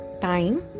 time